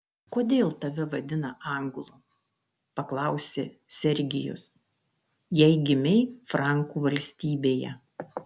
kodėl tave vadina anglu paklausė sergijus jei gimei frankų valstybėje